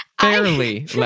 Fairly